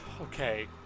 Okay